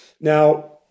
Now